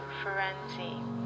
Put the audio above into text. forensic